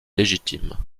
légitimes